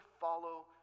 follow